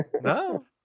No